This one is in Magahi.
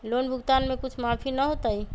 लोन भुगतान में कुछ माफी न होतई?